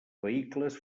vehicles